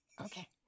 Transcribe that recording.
Okay